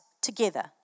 together